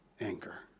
anger